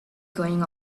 going